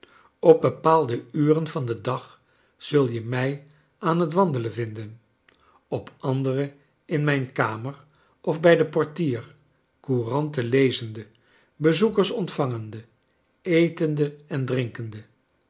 op bepaalde uren van den dag zul je mij aan het wandelen vinden op andere in mijn kamer of bij den portier couranten lezende bez oeker s ontvangende etende en drinkende